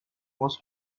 was